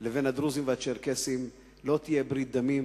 לבין הדרוזים והצ'רקסים לא תהיה ברית דמים,